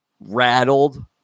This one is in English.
rattled